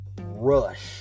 Rush